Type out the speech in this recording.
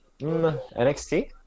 NXT